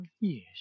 Yes